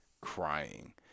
crying